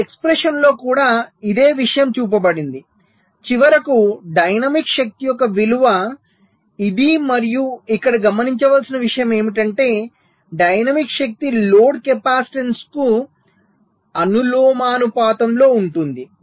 ఈ ఎక్స్ప్రెషన్లో కూడా ఇదే విషయం చూపబడింది చివరకు డైనమిక్ శక్తి యొక్క విలువ ఇది మరియు ఇక్కడ గమనించవలసిన విషయం ఏమిటంటే డైనమిక్ శక్తి లోడ్ కెపాసిటెన్స్కు అనులోమానుపాతంలో ఉంటుంది